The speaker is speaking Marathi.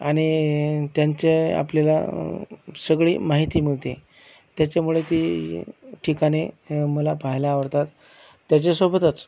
आणि त्यांचे आपल्याला सगळी माहिती मिळते त्याच्यामुळे ती ठिकाणे मला पहायला आवडतात त्याच्यासोबतच